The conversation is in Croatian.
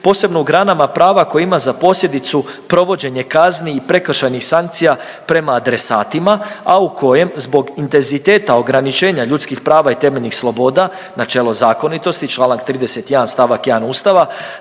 posebno u granama prava koje ima za posljedicu provođenje kazni i prekršajnih sankcija prema adresatima, a u kojem zbog intenziteta ograničenja ljudskih prava i temeljnih sloboda, načelo zakonitosti čl. 31. st. 1. Ustava,